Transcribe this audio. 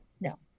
No